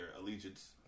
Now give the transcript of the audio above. allegiance